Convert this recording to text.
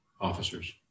officers